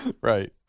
Right